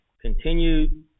continued